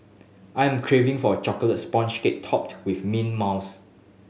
I am craving for a chocolate sponge cake topped with mint mousse